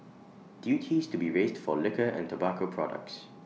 duties to be raised for liquor and tobacco products